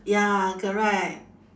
ya correct